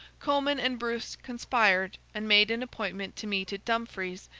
comyn and bruce conspired, and made an appointment to meet at dumfries,